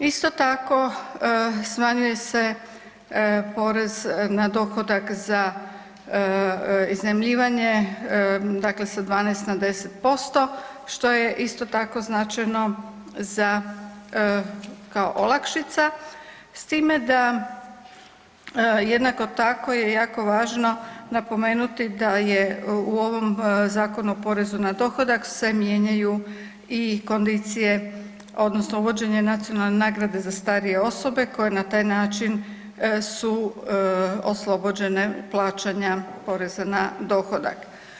Isto tako smanjuje se porez na dohodak za iznajmljivanje, dakle sa 12 na 10% što je isto tako, značajno za, kao olakšica, s time da jednako tako je jako važno napomenuti da je u ovom zakonu o porezu na dohodak se mijenjaju i kondicije odnosno uvođenje nacionalne nagrade za starije osobe koje na taj način su oslobođene plaćanja poreza na dohodak.